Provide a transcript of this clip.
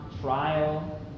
trial